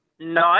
No